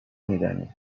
میدانیم